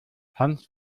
hans